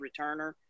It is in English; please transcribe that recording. returner